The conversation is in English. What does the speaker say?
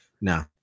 no